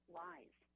lies